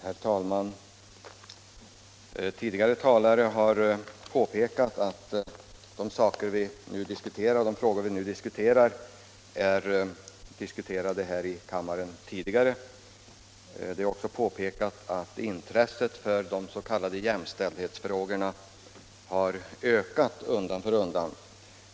Herr talman! Tidigare talare har påpekat att de frågor vi nu debatterar redan är diskuterade här i kammaren. Det har också påpekats att intresset för de s.k. jämställdhetsfrågorna har ökat undan för undan.